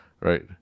right